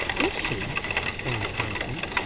is she? exclaimed constance.